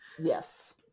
yes